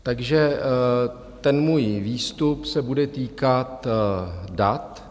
Takže ten můj výstup se bude týkat dat.